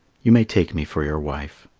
you may take me for your wife.